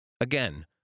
Again